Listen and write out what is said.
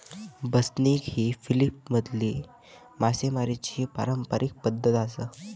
बसनिग ही फिलीपिन्समधली मासेमारीची पारंपारिक पद्धत आसा